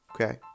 Okay